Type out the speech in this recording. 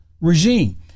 regime